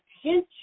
attention